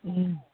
उम